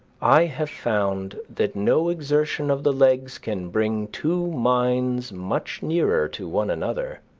i have found that no exertion of the legs can bring two minds much nearer to one another.